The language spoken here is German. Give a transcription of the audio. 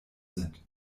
sind